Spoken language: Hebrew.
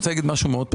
להגיד משהו מאוד פשוט.